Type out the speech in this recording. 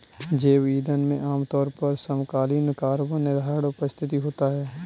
जैव ईंधन में आमतौर पर समकालीन कार्बन निर्धारण उपस्थित होता है